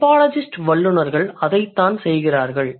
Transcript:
typologist வல்லுநர்கள் அதைத்தான் செய்கிறார்கள்